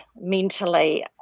mentally